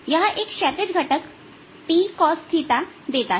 यह एक क्षैतिज घटक t cosθ देता है